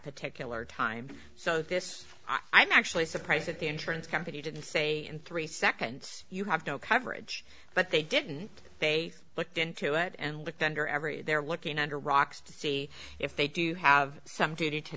particular time so this i'm actually surprised that the insurance company didn't say in three seconds you have no coverage but they didn't they looked into it and looked under every they're looking under rocks to see if they do have some duty to